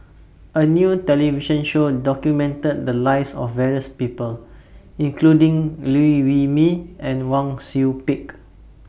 A New television Show documented The Lives of various People including Liew Wee Mee and Wang Sui Pick